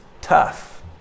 tough